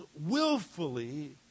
willfully